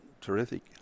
terrific